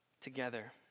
together